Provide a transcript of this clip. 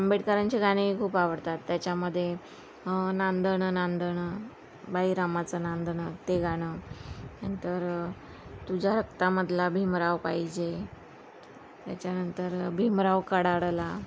आंबेडकरांचे गाणेही खूप आवडतात त्याच्यामध्ये नांदणं नांदणं बाई रामाचं नांदणं ते गाणं नंतर तुझ्या रक्तामधला भीमराव पाहिजे त्याच्यानंतर भीमराव कडाडला